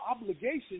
obligation